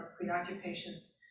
preoccupations